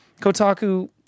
Kotaku